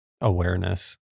awareness